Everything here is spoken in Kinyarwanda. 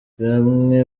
bamwe